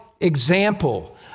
example